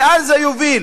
לאן זה יוביל?